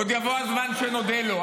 עוד יבוא הזמן שנודה לו.